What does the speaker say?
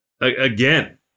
again